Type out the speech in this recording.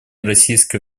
российской